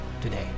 today